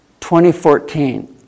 2014